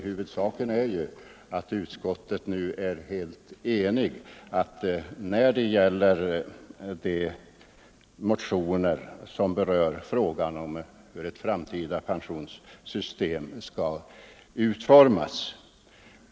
Huvudsaken är att utskottet nu har varit fullt enigt rörande motionerna om hur ett fram Nr 109 tida pensionssystem skall utformas.